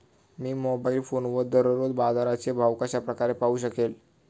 मी mobile फोनवर दररोजचे बाजाराचे भाव कशा प्रकारे पाहू शकेल?